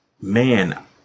man